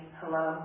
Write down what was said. hello